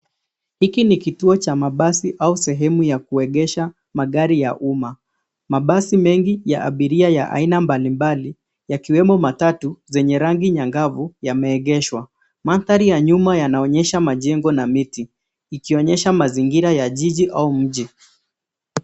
Hiki ni kituo cha mabasi au sehemu ya kuegesha magari ya umma, mabasi mengi ya abiria ya aina mbalimbali, yakiwemo matatu zenye rangi angavu yameegeshwa. Mandhari ya nyuma yanaonyesha majengo na miti ikionyesha mazingira ya jiji au mji.